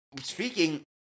Speaking